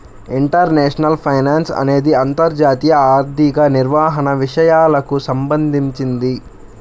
international finance అనేది అంతర్జాతీయ ఆర్థిక నిర్వహణ విషయాలకు సంబంధించింది